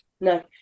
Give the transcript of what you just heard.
No